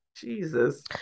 Jesus